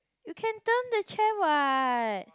you can turn the chair what